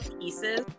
pieces